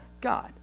God